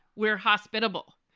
we're hospitable.